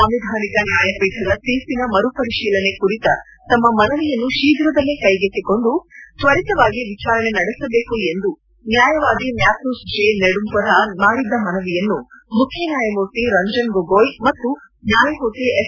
ಸಂವಿಧಾನಿಕ ನ್ಯಾಯಪೀಠದ ತೀರ್ಪಿನ ಮರುಪರಿಶೀಲನೆ ಕುರಿತ ತಮ್ಮ ಮನವಿಯನ್ನು ಶೀಘದಲ್ಲೇ ಕೈಗೆತ್ತಿಕೊಂಡು ತ್ವರಿತವಾಗಿ ವಿಚಾರಣೆ ನಡೆಸಬೇಕು ಎಂದು ನ್ವಾಯವಾದಿ ಮ್ಹಾಥ್ಣೂಸ್ ಜೇ ನೆಡುಂಪರ ಮಾಡಿದ್ದ ಮನವಿಯನ್ನು ಮುಖ್ಯ ನ್ಲಾಯಮೂರ್ತಿ ರಂಜನ್ ಗೊಗೋಯ್ ಮತ್ತು ನ್ಲಾಯಮೂರ್ತಿ ಎಸ್